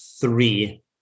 three